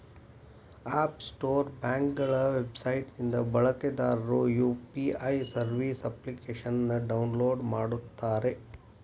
app store ಬ್ಯಾಂಕ್ಗಳ website ನಿಂದ ಬಳಕೆದಾರರು ಯು.ಪಿ.ಐ ಸರ್ವಿಸ್ ಅಪ್ಲಿಕೇಶನ್ನ ಡೌನ್ಲೋಡ್ ಮಾಡುತ್ತಾರೆ